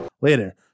Later